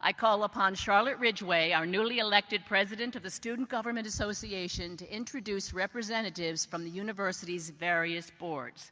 i call upon charlotte ridgeway, our newly elected president of the student government association, to introduce representatives from the university's various boards.